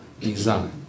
design